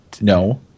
No